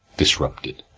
disrupted.